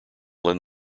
lend